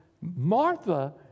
Martha